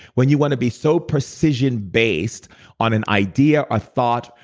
when you want to be so precision based on an idea, a thought,